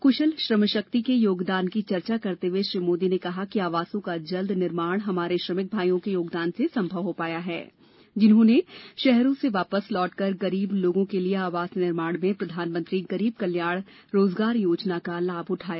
कुशल श्रम शक्ति के योगदान की चर्चा करते हुए श्री मोदी ने कहा कि आवासों का जल्द निर्माण हमारे श्रमिक भाईयों के योगदान से संभव हो पाया है जिन्होंने शहरों से वापस लौटकर गरीब लोगों के लिए आवास निर्माण में प्रधानमंत्री गरीब कल्याण रोजगार योजना का लाभ उठाया